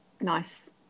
nice